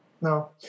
no